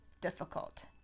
difficult